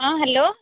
ହଁ ହ୍ୟାଲୋ